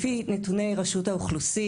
(הצגת מצגת) לפי נתוני רשות האוכלוסין